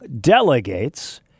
delegates